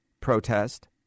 protest